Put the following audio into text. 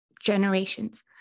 generations